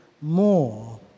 more